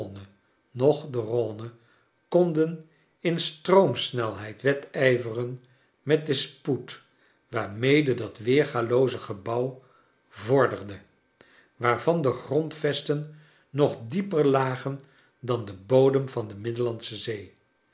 noch de rhone konden in stroomsnelheid wedijveren met den spoed waarmede dat weergalooze gebouw vorderde waarvan de grondvesten nog dieper lagen dan de bodem van de middellandsche zee